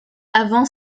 avant